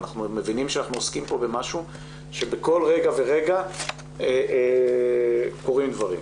אנחנו מבינים שאנחנו עוסקים פה במשהו שבכל רגע ורגע קורים דברים.